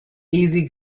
easy